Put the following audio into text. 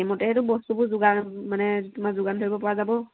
প্ৰথমতে সেইটো বস্তুবোৰ যোগান মানে তোমাৰ যোগান ধৰিব পৰা যাব